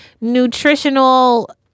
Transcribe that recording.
nutritional